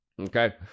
Okay